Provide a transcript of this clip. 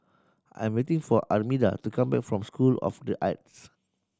I am waiting for Armida to come back from School of The Arts